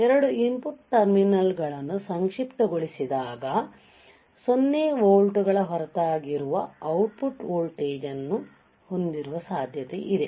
2 input ಟರ್ಮಿನಲ್ಗಳನ್ನು ಸಂಕ್ಷಿಪ್ತಗೊಳಿಸಿದಾಗ 0 ವೋಲ್ಟ್ಗಳ ಹೊರತಾಗಿರುವ ಔಟ್ಪುಟ್ ವೋಲ್ಟೇಜ್ ಅನ್ನು ಹೊಂದಿರುವ ಸಾಧ್ಯತೆಯಿದೆ